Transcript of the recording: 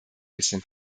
bisschen